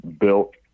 built